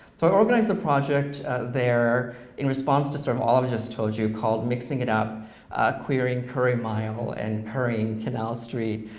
so i organized a project there in response to sort of all that i've just told you called mixing it up queering curry mile and currying canal street.